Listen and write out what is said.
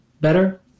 better